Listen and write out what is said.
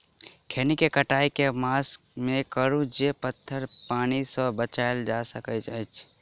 खैनी केँ कटाई केँ मास मे करू जे पथर पानि सँ बचाएल जा सकय अछि?